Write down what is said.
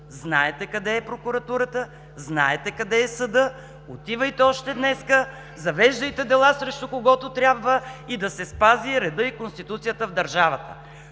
знаете къде е прокуратурата, знаете къде е съдът, отивайте още днес, завеждайте дела срещу когото трябва и да се спази редът и Конституцията в държавата.